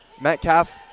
Metcalf